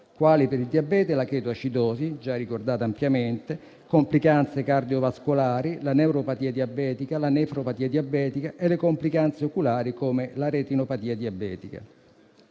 quali per il diabete la chetoacidosi, già ricordata ampiamente, complicanze cardiovascolari, la neuropatia diabetica, la nefropatia diabetica e le complicanze oculari come la retinopatia diabetica.